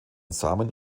samen